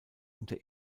unter